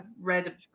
read